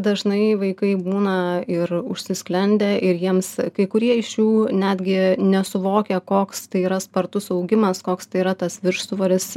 dažnai vaikai būna ir užsisklendę ir jiems kai kurie iš jų netgi nesuvokia koks tai yra spartus augimas koks tai yra tas viršsvoris